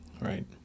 Right